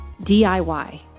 DIY